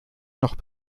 noch